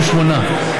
היו שמונה.